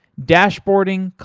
dashboarding,